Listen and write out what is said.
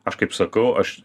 aš kaip sakau aš